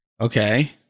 Okay